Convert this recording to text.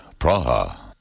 Praha